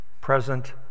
present